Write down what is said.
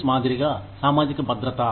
yes మాదిరిగా సామాజిక భద్రత